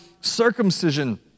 circumcision